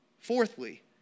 Fourthly